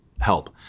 help